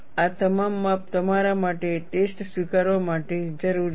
આ તમામ માપ તમારા માટે ટેસ્ટ સ્વીકારવા માટે જરૂરી છે